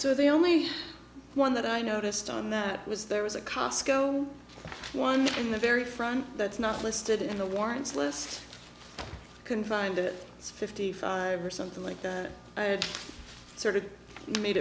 so the only one that i noticed on that was there was a cosco one in the very front that's not listed in the warrants list couldn't find it fifty five or something like that i had sort of made